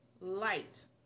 light